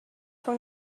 for